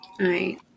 right